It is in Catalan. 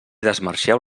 desmarxeu